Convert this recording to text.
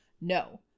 No